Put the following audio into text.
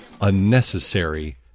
unnecessary